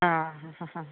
ആ ആഹ്